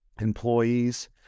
employees